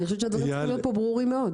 אני חושבת שהדברים פה ברורים מאוד.